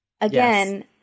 again